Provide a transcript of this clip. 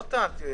לא טענתי את זה.